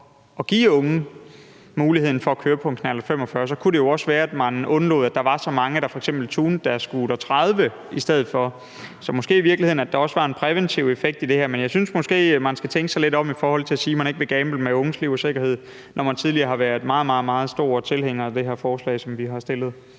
gav unge mulighed for at køre på en knallert 45, kunne det jo også være, man undlod, at der var så mange, der i stedet for f.eks. tunede deres scooter 30, så måske er der i virkeligheden også en præventiv effekt i det her. Men jeg synes måske, man skal tænke sig lidt om i forhold til at sige, at man ikke vil gamble med unges liv og sikkerhed, når man tidligere har været meget store tilhængere af det her forslag, som vi har fremsat.